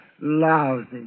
Lousy